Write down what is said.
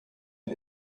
den